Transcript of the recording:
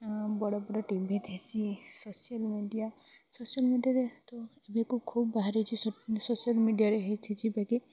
ବଡ଼ ବଡ଼ ଟିଭି ଥେସି ସୋସିଆଲ୍ ମଡ଼ିଆ ସୋସିଆଲ୍ ମଡ଼ିଆରେ ତ ଏବେକୁ ଖୁବ ବାହାରିଛି ସୋସିଆଲ୍ ମିଡ଼ିଆରେ ହେଇଥି ଯିବେ କି